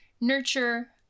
nurture